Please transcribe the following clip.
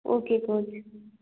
okay coach